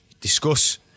discuss